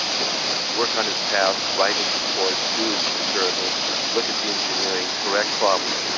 can work on his tasks, write his reports, do his experiments, look at the engineering, correct problems,